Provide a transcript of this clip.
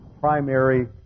primary